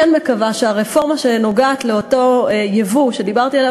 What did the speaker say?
מקווה שהרפורמה שנוגעת לאותו יבוא שדיברתי עליו